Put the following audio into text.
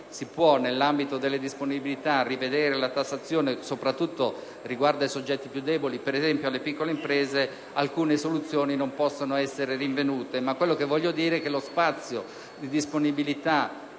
che, se nell'ambito delle disponibilità si può rivedere la tassazione, soprattutto riguardo ai soggetti più deboli - per esempio, alle piccole imprese -, alcune soluzioni non possano essere rinvenute. Intendo riferirmi tuttavia allo spazio di disponibilità